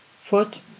foot